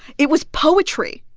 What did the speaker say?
it was poetry